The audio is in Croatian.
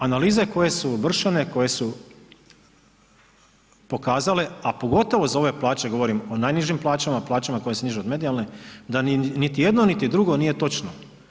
Analize koje su vršene, koje su pokazale a pogotovo za ove plaće govorim o najnižim plaćama, plaćama koje su niže od medijalne da niti jedno niti drugo nije točno.